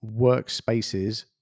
workspaces